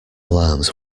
alarms